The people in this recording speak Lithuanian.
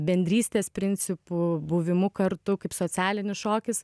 bendrystės principu buvimu kartu kaip socialinis šokis